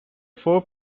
four